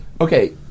Okay